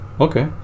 Okay